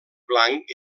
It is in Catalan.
blanc